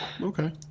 Okay